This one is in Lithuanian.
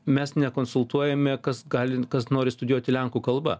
mes nekonsultuojame kas gali kas nori studijuoti lenkų kalba